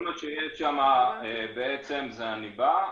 כל מה שיש שם בעצם זה שאני בא,